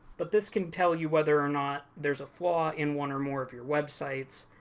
but this can tell you whether or not there's a flaw in one or more of your websites,